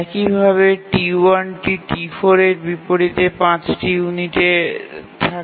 একইভাবে T1 টি T4 এর বিপরীতে ৫ টি ইউনিটের থাকে